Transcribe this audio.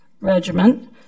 Regiment